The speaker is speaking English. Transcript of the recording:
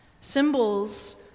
Symbols